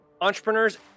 Entrepreneurs